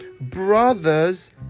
brothers